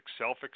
self